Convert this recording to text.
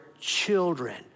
children